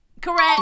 Correct